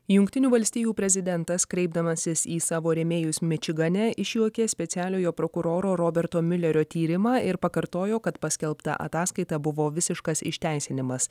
jungtinių valstijų prezidentas kreipdamasis į savo rėmėjus mičigane išjuokė specialiojo prokuroro roberto milerio tyrimą ir pakartojo kad paskelbta ataskaita buvo visiškas išteisinimas